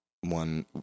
one